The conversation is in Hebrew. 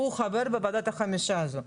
והוא חבר בוועדת החמישה הזו.